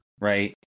right